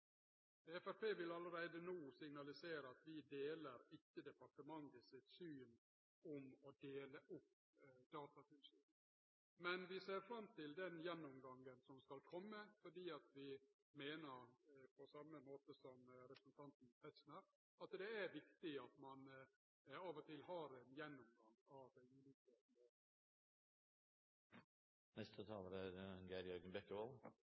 vil allereie no signalisere at vi ikkje deler departementet sitt syn om å dele opp Datatilsynet. Men vi ser fram til den gjennomgangen som skal kome, fordi vi meiner – på same måte som representanten Tetzschner – at det er viktig at ein av og til har ein gjennomgang av